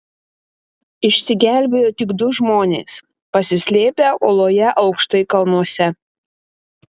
išsigelbėjo tik du žmonės pasislėpę oloje aukštai kalnuose